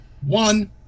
one